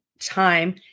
time